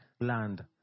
land